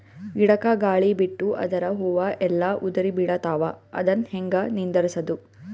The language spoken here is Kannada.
ಗಿಡಕ, ಗಾಳಿ ಬಿಟ್ಟು ಅದರ ಹೂವ ಎಲ್ಲಾ ಉದುರಿಬೀಳತಾವ, ಅದನ್ ಹೆಂಗ ನಿಂದರಸದು?